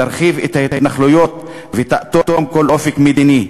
תרחיב את ההתנחלויות ותאטום כל אופק מדיני.